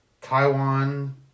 Taiwan